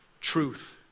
truth